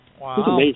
Wow